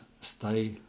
stay